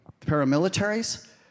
paramilitaries